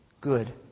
good